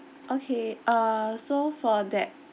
okay err so for that